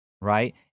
right